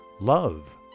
Love